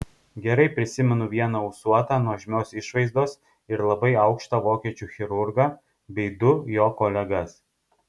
gerai prisimenu vieną ūsuotą nuožmios išvaizdos ir labai aukštą vokiečių chirurgą bei du jo kolegas